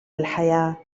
الحياة